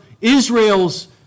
Israel's